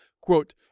Quote